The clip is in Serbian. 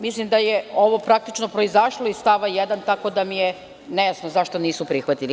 Mislim da je ovo praktično proizašlo iz stava 1, tako da mi je nejasno zašto nisu prihvatili.